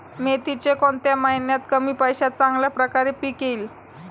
मेथीचे कोणत्या महिन्यात कमी पैशात चांगल्या प्रकारे पीक येईल?